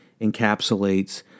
encapsulates